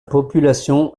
population